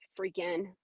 freaking